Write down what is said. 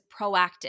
proactive